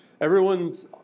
everyone's